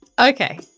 Okay